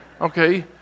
Okay